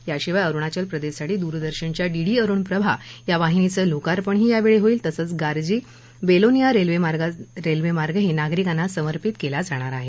याशिवाय अरुणाचल प्रदेशसाठी दूरदर्शनच्या डीडी अरुण प्रभा या वाहिनीचं लोकार्पणही यावेळी हाईल तसंच गार्जी बेलोनिया रेल्वेमार्गही नागरिकांना समर्पित केला जाणार आहे